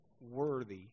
worthy